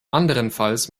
anderenfalls